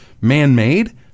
man-made